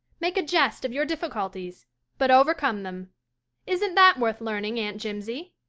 make a jest of your difficulties but overcome them isn't that worth learning, aunt jimsie?